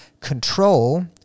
control